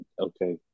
okay